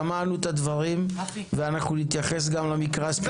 רפי שמענו את הדברים ואנחנו נתייחס גם למקרה הספציפי שלך.